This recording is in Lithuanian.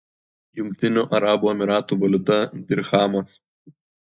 jungtinių arabų emyratų valiuta dirchamas